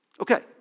Okay